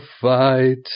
fight